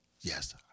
yes